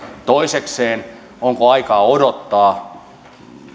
toisekseen onko aikaa odottaa